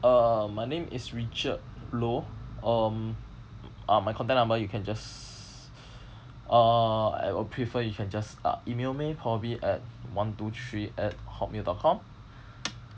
uh my name is richard low um uh my contact number you can just uh I would prefer you can just uh email me probably at one two three at hotmail dot com